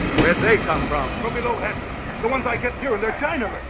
where they come from from below happy the ones i kept do in their china.